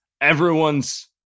Everyone's